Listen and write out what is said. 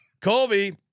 Colby